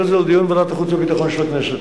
את זה לדיון בוועדת החוץ והביטחון של הכנסת.